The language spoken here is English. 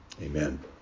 Amen